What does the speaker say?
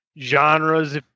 genres